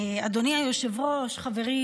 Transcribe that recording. אדוני היושב-ראש, חבריי